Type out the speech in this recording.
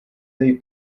dei